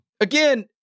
again